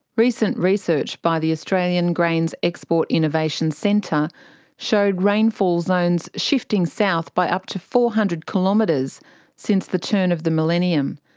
recent research by the australian grains export innovation centre showed rainfall zones shifting south by up to four hundred kilometres since the turn of the millennium.